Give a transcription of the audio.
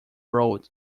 road